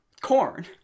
Corn